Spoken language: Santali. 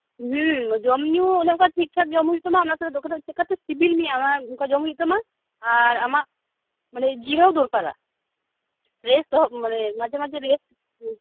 ᱦᱮᱸ ᱡᱚᱢ ᱧᱩ ᱚᱱᱮ ᱚᱱᱠᱟ ᱴᱷᱤᱠᱴᱷᱟᱠ ᱡᱚᱢ ᱦᱩᱭᱩᱜ ᱛᱟᱢᱟ ᱚᱱᱟᱥᱟᱶᱛᱮ ᱪᱮᱫᱞᱮᱠᱱᱟᱜ ᱥᱤᱵᱤᱞ ᱢᱮᱭᱟ ᱚᱱᱠᱟᱱᱟᱜ ᱡᱚᱢ ᱦᱩᱭᱩᱜ ᱛᱟᱢᱟ ᱟᱨ ᱟᱢᱟᱜ ᱢᱟᱱᱮ ᱡᱤᱨᱟᱹᱣ ᱫᱚᱨᱠᱟᱨᱟ ᱨᱮᱥᱴ ᱦᱚᱸ ᱢᱟᱱᱮ ᱢᱟᱡᱷᱮ ᱢᱟᱡᱷᱮ ᱨᱮᱥᱴ ᱦᱮᱸ